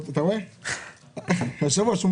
אתה רואה, היושב ראש?